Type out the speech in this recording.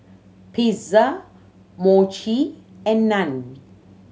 Pizza Mochi and Naan